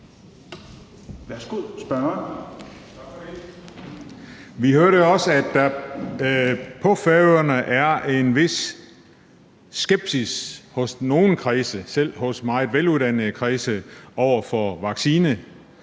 Vi hørte også, at der på Færøerne er en vis skepsis i nogle kredse, selv i meget veluddannede kredse, over for vaccine,